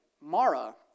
Mara